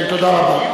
כן, תודה רבה.